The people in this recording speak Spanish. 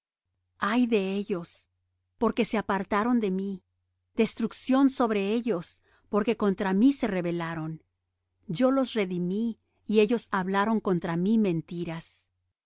ay de ellos porque se apartaron de mí destrucción sobre ellos porque contra mí se rebelaron yo los redimí y ellos hablaron contra mí mentiras